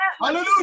Hallelujah